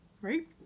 right